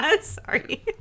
sorry